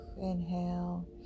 inhale